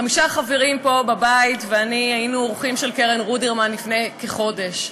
חמישה חברים פה בבית ואני היינו אורחים של קרן רודרמן לפני כחודש.